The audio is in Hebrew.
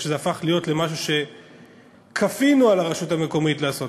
או שזה הפך להיות למשהו שכפינו על הרשות המקומית לעשות,